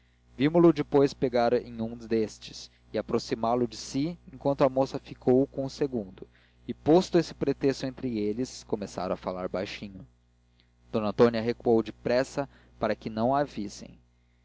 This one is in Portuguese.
vimo o depois pegar em um destes e aproximá lo de si enquanto a moça ficou com o segundo e posto esse pretexto entre eles começaram a falar baixinho d antônia recuou depressa para que não a vissem